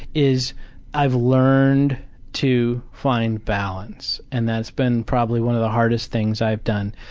is i've learned to find balance and that's been probably one of the hardest things i've done,